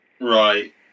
Right